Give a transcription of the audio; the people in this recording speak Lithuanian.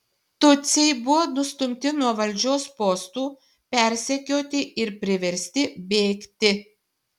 tutsiai buvo nustumti nuo valdžios postų persekioti ir priversti bėgti